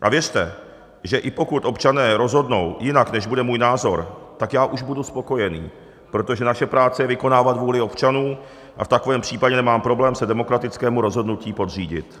A věřte, že i pokud občané rozhodnou jinak, než bude můj názor, tak já už budu spokojený, protože naše práce je vykonávat vůli občanů a v takovém případě nemám problém se demokratickému rozhodnutí podřídit.